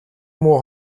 муу